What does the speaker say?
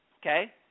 okay